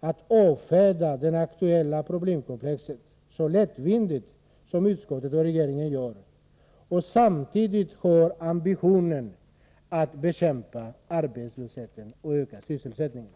att avfärda det aktuella problemkomplexet så lättvindigt som utskottet och regeringen gör och samtidigt ha ambitionen att bekämpa arbetslösheten och öka sysselsättningen.